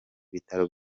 bitaro